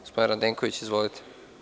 Gospodine Radenkoviću, izvolite.